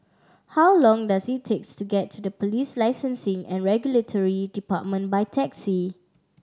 how long does it takes to get to Police Licensing and Regulatory Department by taxi